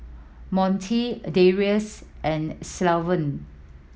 Monte Darius and Sylvan